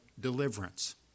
deliverance